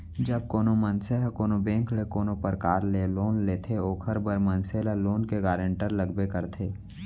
जब कोनो मनसे ह कोनो बेंक ले कोनो परकार ले लोन लेथे ओखर बर मनसे ल लोन के गारेंटर लगबे करथे